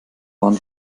waren